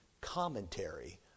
commentary